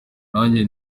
nanjye